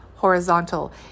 horizontal